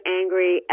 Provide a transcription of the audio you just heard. angry